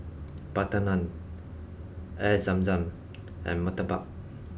Butter Naan Air Zam Zam and Murtabak